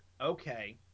okay